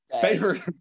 favorite